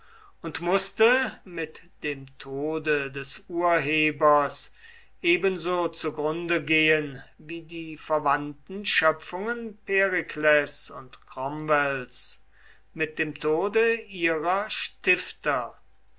und mußte mit dem tode des urhebers ebenso zugrunde gehen wie die verwandten schöpfungen perikles und cromwells mit dem tode ihrer stifter